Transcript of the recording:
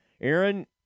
Aaron